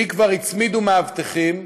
לי כבר הצמידו מאבטחים,